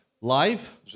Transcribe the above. life